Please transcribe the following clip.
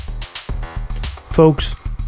Folks